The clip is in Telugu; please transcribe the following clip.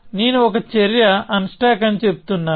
నేను ఒక చర్య అన్స్టాక్ అని చెబుతున్నాను